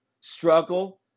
struggle